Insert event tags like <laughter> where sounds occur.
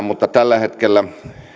<unintelligible> mutta tällä hetkellä